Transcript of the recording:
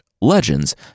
legends